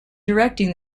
directing